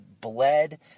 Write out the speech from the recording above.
bled